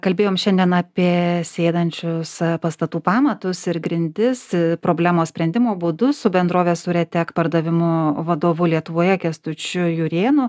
kalbėjom šiandien apie sėdančius pastatų pamatus ir grindis problemos sprendimo būdus su bendrovės uretek pardavimų vadovu lietuvoje kęstučiu jurėnu